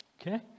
Okay